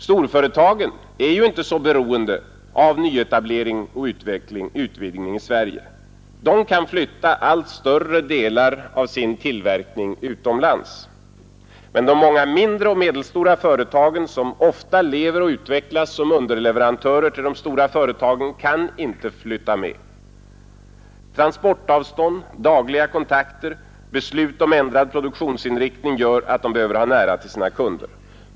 Storföretagen är inte så beroende av nyetablering och utvidgning i Sverige; de kan flytta allt större delar av sin tillverkning utomlands. Men de många mindre och medelstora företagen, som ofta lever och utvecklas som underleverantörer till de stora företagen, kan inte flytta med. Transportavstånd, dagliga kontakter, beslut om ändrad produktionsinriktning gör emellertid att de behöver ha nära till sina kunder.